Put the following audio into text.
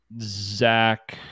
zach